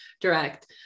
direct